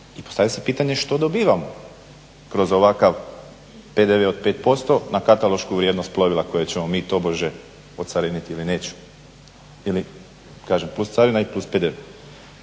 i postavlja se pitanje što dobivamo kroz ovakav PDV od 5% na katalošku vrijednost plovila koje ćemo mi tobože ocariniti ili nećemo i kažem plus carina i plus PDV.